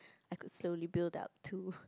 I got slowly build up to